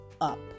up